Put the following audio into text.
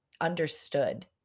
understood